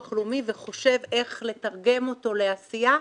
לאומי וחושב איך לתרגם אותו לעשייה.